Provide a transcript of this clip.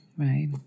right